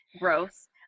gross